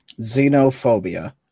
Xenophobia